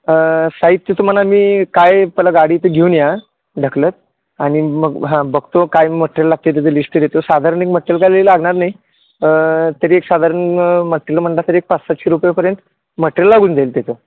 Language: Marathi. साहित्य तुम्हाला मी काय पहिला गाडी इथं घेऊन या ढकलत आणि मग हां बघतो काय मटरियल लागत आहे त्याचं लिष्ट देतो साधारण एक मटरियल काही लय लागणार नाही तरी एक साधारण मटरियल म्हणलं तरी एक पाच सातशे रुपयेपर्यंत मटरियल लागून जाईल त्याचं